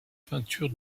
peintures